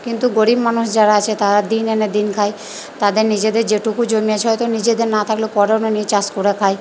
কিন্তু গরিব মানুষ যারা আছে তারা দিন আনে দিন খায় তাদের নিজেদের যেটুকু জমি আছে হয়তো নিজেদের না থাকলো পরের জমি চাষ করে খায়